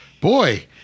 boy